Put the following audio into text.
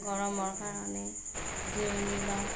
গৰমৰ কাৰণে জিৰণি লওঁ